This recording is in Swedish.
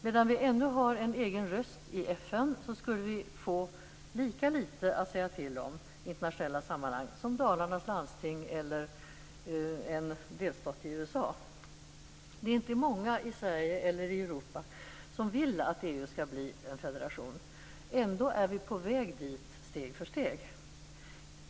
Medan vi ännu har en egen röst i FN skulle vi få lika litet att säga till om i internationella sammanhang som Dalarnas landsting eller en delstat i USA. Det är inte många i Sverige eller i Europa som vill att EU skall bli en federation. Ändå är vi på väg dit steg för steg.